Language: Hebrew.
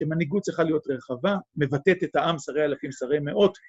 ‫שמנהיגות צריכה להיות רחבה, ‫מבטאת את העם שרי אלפים, שרי מאות.